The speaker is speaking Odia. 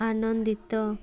ଆନନ୍ଦିତ